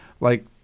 like-